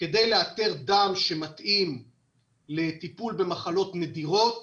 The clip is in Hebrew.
כדי לאתר דם שמתאים לטיפול במחלות נדירות,